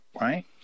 Right